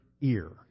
ear